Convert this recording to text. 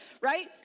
right